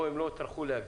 פה הם לא טרחו להגיע.